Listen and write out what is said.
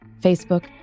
Facebook